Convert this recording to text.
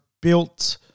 built